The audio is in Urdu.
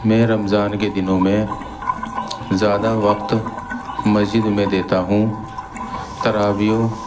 میں رمضان کے دنوں میں زیادہ وقت مسجد میں دیتا ہوں تراویحیوں